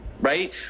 right